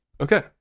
Okay